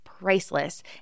priceless